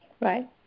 Right